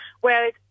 Whereas